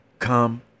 Come